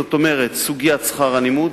זאת אומרת סוגיית שכר הלימוד,